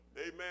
Amen